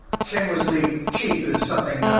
shamelessly cheap is something,